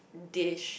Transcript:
dish